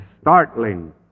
startling